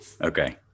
Okay